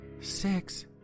Six